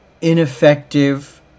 ineffective